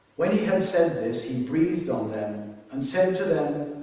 when he had said this he breathed on them and said to them,